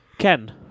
Ken